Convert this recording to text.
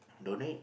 donate